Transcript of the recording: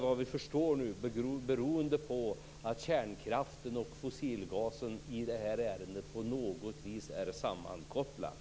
Vad jag förstår nu beror det på att kärnkraften och fossilgasen i detta ärende på något vis är sammankopplade.